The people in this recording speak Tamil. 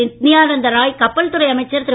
நித்யானந்த ராய் கப்பல்துறை அமைச்சர் திரு